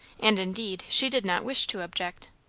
and indeed she did not wish to object.